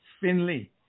Finley